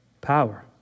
Power